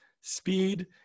speed